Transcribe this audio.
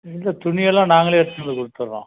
இந்தத் துணியெல்லாம் நாங்களே எடுத்துகிட்டு வந்து கொடுத்துர்றோம்